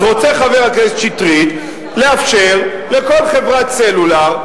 אז רוצה חבר הכנסת שטרית לאפשר לכל חברת סלולר,